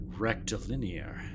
Rectilinear